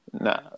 No